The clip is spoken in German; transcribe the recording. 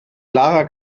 clara